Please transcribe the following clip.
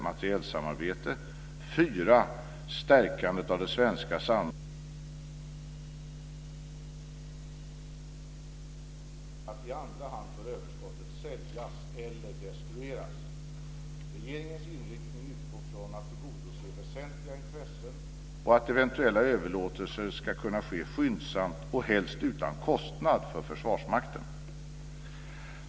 Regeringens inriktning utgår från att tillgodose väsentliga intressen och att eventuella överlåtelser ska kunna ske skyndsamt och helst utan kostnad för Försvarsmakten.